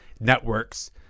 networks